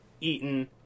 eaten